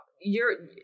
you're-